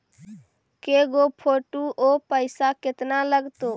के गो फोटो औ पैसा केतना लगतै?